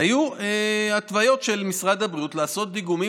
היו התוויות של משרד הבריאות לעשות דיגומים